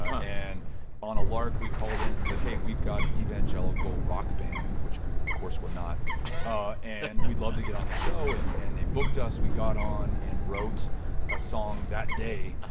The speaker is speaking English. and on a lark, we called in and said, hey, we've got an evangelical rock band which we, of course, were not and we'd love to get on the show. and and they booked us. we got on and wrote a song that day